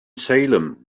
salem